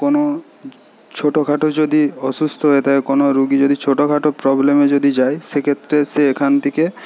কোন ছোটো খাটো যদি অসুস্থ হয়ে থাকে কোন রুগী যদি ছোটো খাটো প্রবলেমে যদি যায় সেক্ষেত্রে সে এখান থিকে